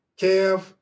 kev